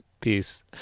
peace